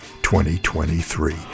2023